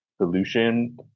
solution